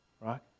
Right